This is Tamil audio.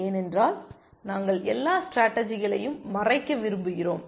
ஏனென்றால் நாங்கள் எல்லா ஸ்டேடர்ஜிகளையும் மறைக்க விரும்புகிறோம்